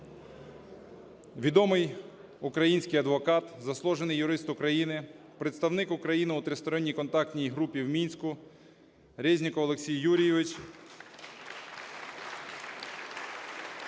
Відомий український адвокат, заслужений юрист України, представник України у Тристоронній контактній групі в Мінську – Резніков Олексій Юрійович.